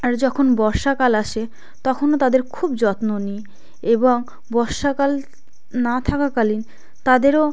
আর যখন বর্ষাকাল আসে তখনও তাদের খুব যত্ন নিই এবং বর্ষাকাল না থাকাকালীন তাদেরও